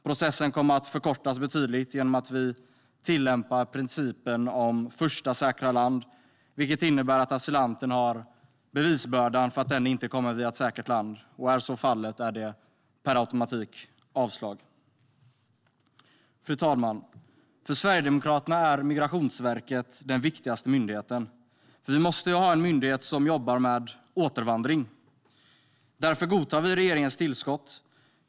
Processen kommer att förkortas betydligt genom att man tillämpar principen om första säkra land, vilket innebär att asylanten har bevisbördan för att denne inte har kommit via ett säkert land. Är så fallet är det per automatik avslag. Fru talman! För Sverigedemokraterna är Migrationsverket den viktigaste myndigheten. Vi måste ju ha en myndighet som jobbar med återvandring. Därför godtar vi regeringens tillskott.